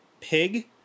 Pig